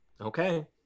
Okay